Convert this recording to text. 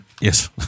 Yes